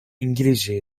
i̇ngilizce